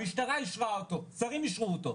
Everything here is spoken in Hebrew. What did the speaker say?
המשטרה אישרה אותו, שרים אישרו אותו.